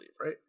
right